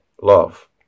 Love